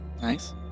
Nice